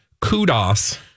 kudos